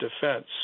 defense